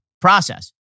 process